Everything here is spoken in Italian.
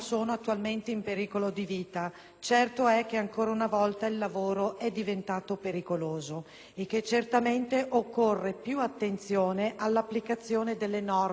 certo è che ancora una volta il lavoro è diventato pericoloso e che certamente occorre più attenzione all'applicazione delle norme delle leggi in materia di sicurezza.